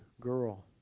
girl